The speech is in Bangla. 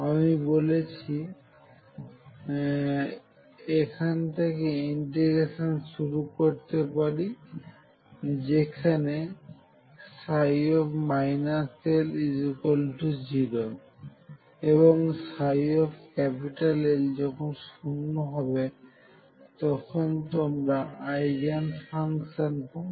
আমি বলেছি আমি এখান থেকে ইন্টিগ্রেশন শুরু করতে পারি যেখানে L0 এবং ψ যখন শূন্য হবে তখন তোমরা আইগেন ফাংশান পাবে